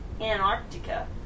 Antarctica